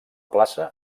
plaça